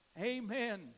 Amen